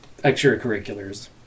extracurriculars